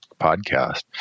podcast